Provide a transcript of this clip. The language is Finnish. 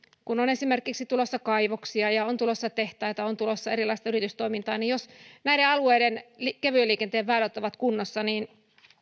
kun on esimerkiksi tulossa kaivoksia ja on tulossa tehtaita on tulossa erilaista yritystoimintaa niin jos näiden alueiden kevyen liikenteen väylät ovat kunnossa niin